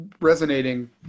resonating